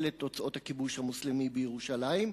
את תוצאות הכיבוש המוסלמי בירושלים,